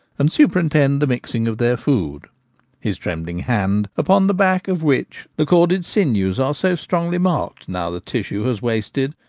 and superintend the mixing of their food his trembling hand, upon the back of which the corded sinews are so strongly marked now the tissue has wasted,